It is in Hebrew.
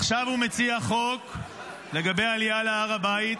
עכשיו הוא מציע חוק לגבי עלייה להר הבית,